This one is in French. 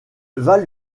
val